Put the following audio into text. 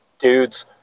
dudes